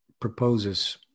Proposes